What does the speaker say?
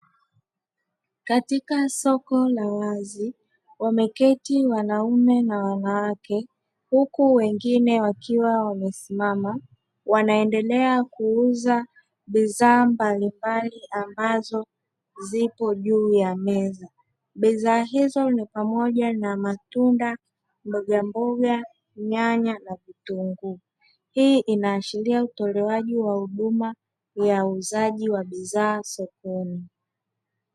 Katika soko la wazi, wameketi wanaume na wanawake huku wengine wakiwa wamesimama; wanaendelea kuuza bidhaa mbalimbali ambazo zipo juu ya meza. Bidhaa hizo ni pamoja na matunda, mbogamboga, nyanya na vitunguu. Hii inaashiria utolewaji wa huduma ya uuzaji wa bidhaa sokoni.